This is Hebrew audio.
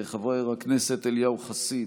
חבר הכנסת אליהו חסיד,